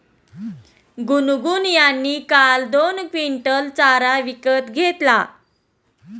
गुनगुन यांनी काल दोन क्विंटल चारा विकत घेतला